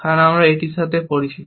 কারণ আমরা এটির সাথে পরিচিত